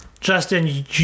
Justin